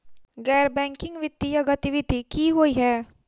गैर बैंकिंग वित्तीय गतिविधि की होइ है?